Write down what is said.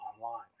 online